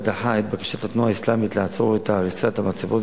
דחה את בקשת התנועה האסלאמית לעצור את הריסת המצבות,